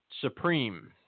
Supreme